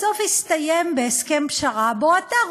בסוף הסתיים בהסכם פשרה שבו אתה,